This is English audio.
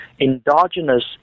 endogenous